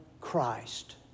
Christ